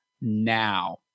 now